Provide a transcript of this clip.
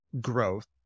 growth